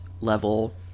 level